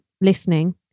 listening